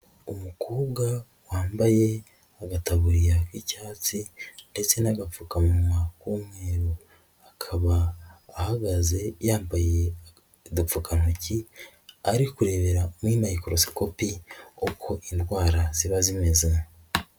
Umukobwa wambaye agataburiya k'icyatsi ndetse n'agapfukamunwa k'umweru akaba ahagaze yambaye udupfukatoki, ari kurebera muri microscopi uko indwara ziba zimeze.